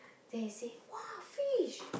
then he say !wah! fish